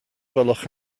gwelwch